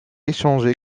échangé